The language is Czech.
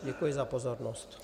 Děkuji za pozornost.